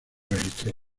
registró